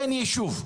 אין ישוב,